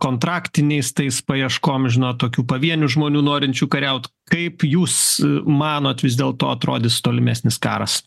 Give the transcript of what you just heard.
kontraktiniais tais paieškom žinot tokių pavienių žmonių norinčių kariaut kaip jūs manot vis dėlto atrodys tolimesnis karas